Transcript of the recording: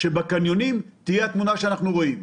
בקניונים את התמונות שראינו.